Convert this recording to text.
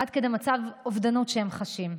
עד כדי מצב אובדנות שהם חשים.